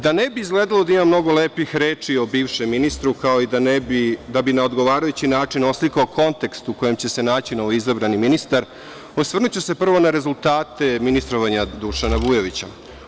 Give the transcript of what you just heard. Da ne bi izgledalo da imam mnogo lepih reči o bivšem ministru, kao i da bi na odgovarajući način oslikao kontekst u kome će se naći novoizabrani ministar, osvrnuću se prvo na rezultate ministrovanja Dušana Vujovića.